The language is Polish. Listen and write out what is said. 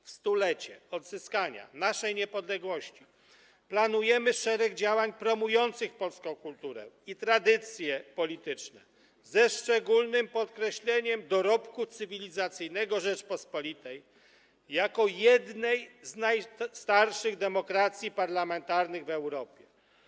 W 100-lecie odzyskania naszej niepodległości planujemy szereg działań promujących polską kulturę i tradycję polityczną, ze szczególnym podkreśleniem dorobku cywilizacyjnego Rzeczypospolitej jako jednej z najstarszych demokracji parlamentarnych w Europie.